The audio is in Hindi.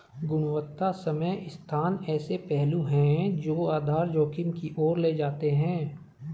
गुणवत्ता समय स्थान ऐसे पहलू हैं जो आधार जोखिम की ओर ले जाते हैं